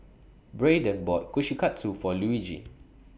Braeden bought Kushikatsu For Luigi